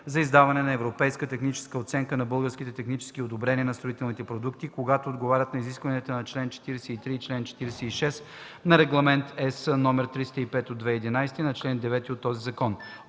за издаване на европейска техническа оценка и на български технически одобрения на строителните продукти, когато отговарят на изискванията на чл. 43 и чл. 46 на Регламент (ЕС) № 305/2011 и на чл. 10 от този закон;